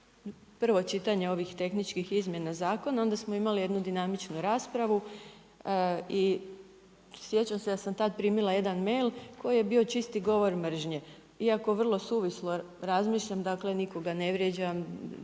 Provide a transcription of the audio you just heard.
prvo čitanje ovih tehničkih izmjena zakona, onda smo imali jednu dinamičnu raspravu i sjećam se da sam tad primila jedan mail, koji je bio čisti govor mržnje. Iako vrlo suvislo razmišljam dakle nikoga ne vrijeđam,